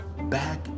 back